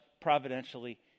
providentially